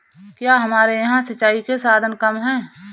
क्या हमारे यहाँ से सिंचाई के साधन कम है?